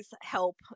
help